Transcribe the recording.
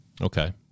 okay